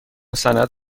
سند